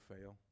fail